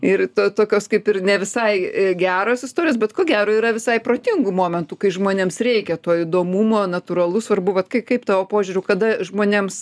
ir tokios kaip ir ne visai geros istorijos bet ko gero yra visai protingų momentų kai žmonėms reikia to įdomumo natūralu svarbu vat kai kaip tavo požiūriu kada žmonėms